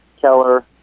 Keller